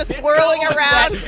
swirling around.